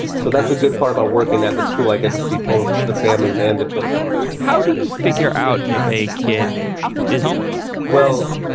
so that's a good part about working at the school. i get to see both the families and the children how do you figure out if a kid is homeless? well,